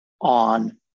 on